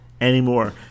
anymore